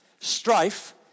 Strife